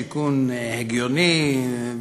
תיקון הגיוני,